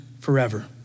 forever